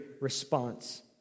response